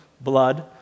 blood